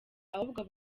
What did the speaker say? ahubwo